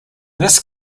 this